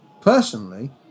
Personally